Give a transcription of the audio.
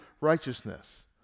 righteousness